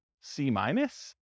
C-minus